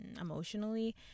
emotionally